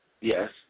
Yes